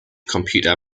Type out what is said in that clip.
computer